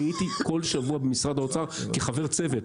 אני הייתי במשרד האוצר כל שבוע - כחבר צוות,